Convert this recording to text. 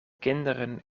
kinderen